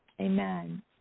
Amen